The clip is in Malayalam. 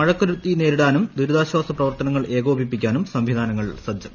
മഴക്കെടുതി നേരിടാനും ദുരിതാശ്ചാസ പ്രവർത്തനങ്ങൾ ഏകോപിപ്പിക്കാനും സംവിധാനങ്ങൾ സജ്ജം